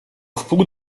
wpół